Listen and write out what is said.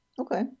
Okay